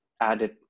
added